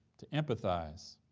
to empathize,